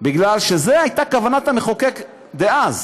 בגלל שזו הייתה כוונת המחוקק דאז.